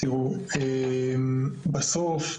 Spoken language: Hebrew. בסוף,